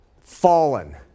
fallen